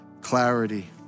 clarity